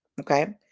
okay